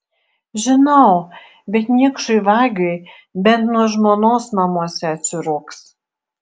žinau bet niekšui vagiui bent nuo žmonos namuose atsirūgs